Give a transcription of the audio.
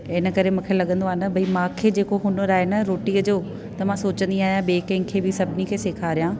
हिन करे मूंखे लॻंदो आहे न भई मूंखे जेको हुनर आहे न रोटीअ जो त मां सोचंदी आहियां ॿे कंहिंखे बि सभिनी के सेखारियां